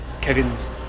Kevin's